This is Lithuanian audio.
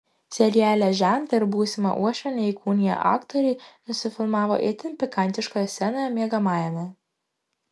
seriale žentą ir būsimą uošvienę įkūniję aktoriai nusifilmavo itin pikantiškoje scenoje miegamajame